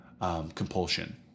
compulsion